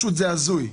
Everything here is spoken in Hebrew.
זה הזוי.